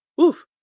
Oof